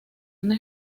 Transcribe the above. una